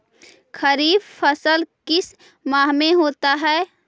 खरिफ फसल किस माह में होता है?